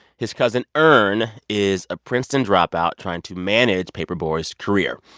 his cousin earn is a princeton dropout trying to manage paper boi's career.